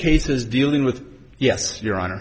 cases dealing with yes your hon